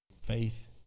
faith